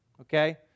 Okay